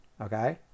okay